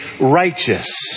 righteous